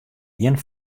gjin